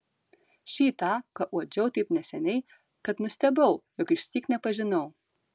šį tą ką uodžiau taip neseniai kad nustebau jog išsyk nepažinau